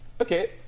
Okay